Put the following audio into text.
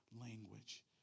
Language